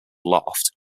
laughed